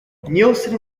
neilson